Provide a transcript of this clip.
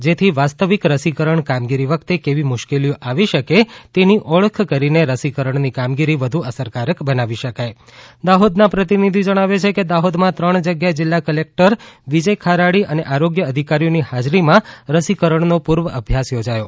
જેથી વાસ્તવિક રસીકરણ કામગીરી વખતે કેવી મુશ્કેલીઓ આવી શકે તેની ઓળખ કરીને રસીકરણની કામગીરી વધ્ર અસરકારક બનાવી શકાય દાહોદનાં પ્રતિનિધી જણાવે છે કે દાહોદમાં ત્રણ જગ્યાએ જિલ્લા કલેક્ટર વિજય ખરાડી અને આરોગ્ય અધિકારીઓની હાજરીમાં રસીકરણનો પૂર્વ અભ્યાસ યોજાયો